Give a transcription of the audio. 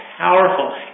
powerful